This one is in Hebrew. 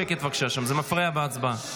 תודה.